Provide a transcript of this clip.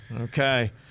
Okay